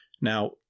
Now